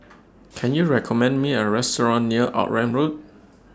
Can YOU recommend Me A Restaurant near Outram Road